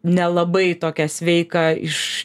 nelabai tokią sveiką iš